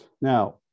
Now